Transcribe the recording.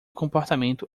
comportamento